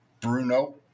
Bruno